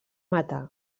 matar